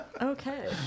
Okay